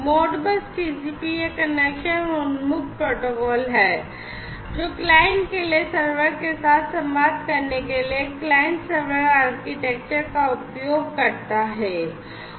Modbus TCP एक connection उन्मुख protocol है जो क्लाइंट के लिए सर्वर के साथ संवाद करने के लिए क्लाइंट सर्वर आर्किटेक्चर का उपयोग करता है